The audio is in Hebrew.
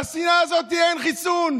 כנגד השנאה הזאת אין חיסון.